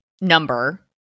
number